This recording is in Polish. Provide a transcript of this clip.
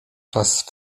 czas